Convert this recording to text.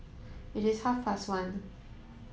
it is half fast one